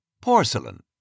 Porcelain